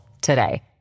today